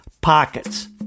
pockets